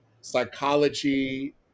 psychology